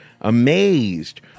amazed